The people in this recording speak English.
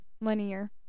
linear